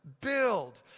build